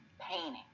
painting